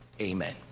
amen